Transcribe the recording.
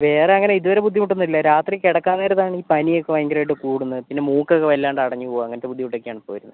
വെറങ്ങനെ ഇതുവരെ ബുദ്ധിമുട്ടൊന്നുമില്ല രാത്രി കിടക്കാൻ നേരത്താണ് ഈ പനിയൊക്കെ ഭയങ്കരമായിട്ട് കൂടുന്നത് പിന്നെ മൂക്കൊക്കെ വല്ലാണ്ടടഞ്ഞ് പോകുക അങ്ങനത്തെ ബുദ്ധിമുട്ടൊക്കെയാണ് ഇപ്പോൾ വരുന്നത്